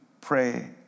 pray